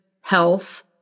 health